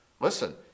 Listen